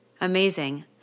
amazing